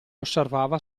osservava